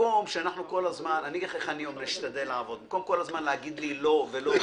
במקום כל הזמן להגיד לי, לא ולא ולא.